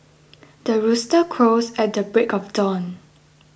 the rooster crows at the break of dawn